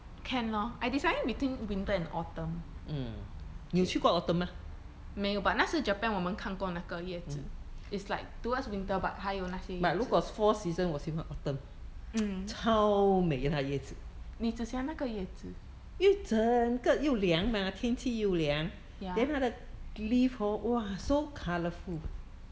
can lor I deciding between winter and autumn 没有 but 那时 japan 我们看过那个叶子 is like towards winter but 还有那些叶子 mm 你只喜欢那个叶子 ya